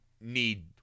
need –